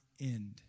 end